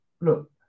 look